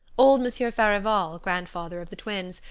old monsieur farival, grandfather of the twins,